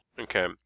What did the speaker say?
Okay